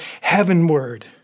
heavenward